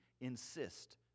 insist